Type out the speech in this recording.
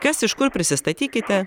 kas iš kur prisistatykite